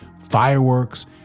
fireworks